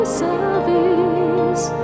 service